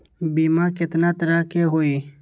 बीमा केतना तरह के होइ?